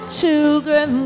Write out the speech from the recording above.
children